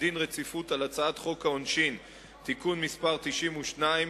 דין רציפות על הצעת חוק העונשין (תיקון מס' 92)